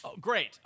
great